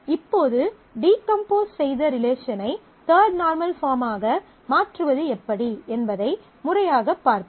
இப்போது டீகம்போஸ் செய்த ரிலேஷன் ஐ தர்ட் நார்மல் பார்மாக மாற்றுவது எப்படி என்பதை முறையாகப் பார்ப்போம்